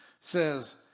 says